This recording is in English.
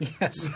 Yes